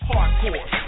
Hardcore